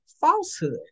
falsehood